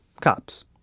cops